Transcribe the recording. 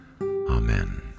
Amen